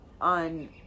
on